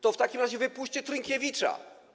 To w takim razie wypuście Trynkiewicza.